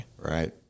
Right